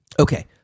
Okay